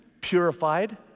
purified